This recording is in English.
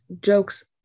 jokes